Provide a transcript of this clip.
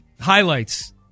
highlights